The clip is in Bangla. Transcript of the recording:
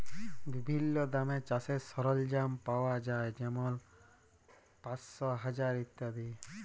বিভিল্ল্য দামে চাষের সরল্জাম পাউয়া যায় যেমল পাঁশশ, হাজার ইত্যাদি